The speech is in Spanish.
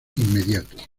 inmediatos